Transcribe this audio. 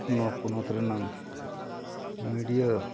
ᱱᱚᱣᱟ ᱯᱚᱱᱚᱛ ᱨᱮᱱᱟᱜ ᱢᱤᱰᱤᱭᱟ